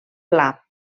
pla